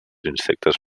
insectes